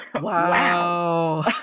wow